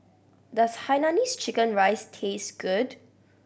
does Hainanese chicken rice taste good